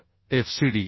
तर FCD